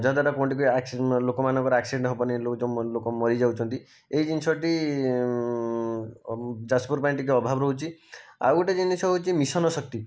ଯାହାଦ୍ୱାରା କେଉଁଠି ବି ଲୋକମାନଙ୍କର ଆକ୍ସିଡେଣ୍ଟ ହେବନି ଯେଉଁ ଲୋକ ମରି ଯାଉଛନ୍ତି ଏହି ଜିନିଷଟି ଯାଜପୁର ପାଇଁ ଟିକେ ଅଭାବ ରହୁଛି ଆଉ ଗୋଟିଏ ଜିନିଷ ହେଉଛି ମିଶନ ଶକ୍ତି